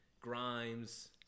Grimes